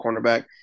Cornerback